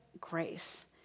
grace